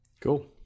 Cool